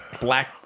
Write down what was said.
black